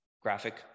graphic